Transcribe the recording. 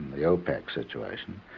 the opec situation,